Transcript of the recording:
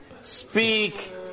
Speak